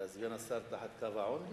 סגן השר תחת קו העוני?